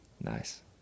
nice